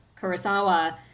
Kurosawa